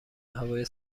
هوای